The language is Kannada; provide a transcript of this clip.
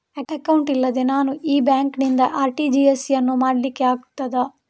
ಅಕೌಂಟ್ ಇಲ್ಲದೆ ನಾನು ಈ ಬ್ಯಾಂಕ್ ನಿಂದ ಆರ್.ಟಿ.ಜಿ.ಎಸ್ ಯನ್ನು ಮಾಡ್ಲಿಕೆ ಆಗುತ್ತದ?